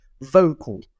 vocal